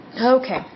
Okay